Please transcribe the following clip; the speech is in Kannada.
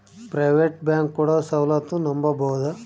ಪ್ರೈವೇಟ್ ಬ್ಯಾಂಕ್ ಕೊಡೊ ಸೌಲತ್ತು ನಂಬಬೋದ?